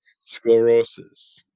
sclerosis